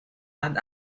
and